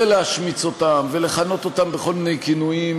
ולהשמיץ אותם ולכנות אותם בכל מיני כינויים,